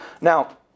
Now